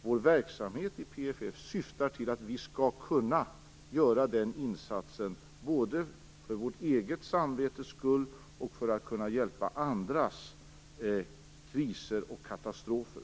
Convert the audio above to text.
Vår verksamhet i PFF syftar till att vi i Sverige skall kunna göra den insatsen, både för vårt eget samvetes skull och för att kunna hjälpa andra vid kriser och katastrofer.